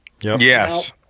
yes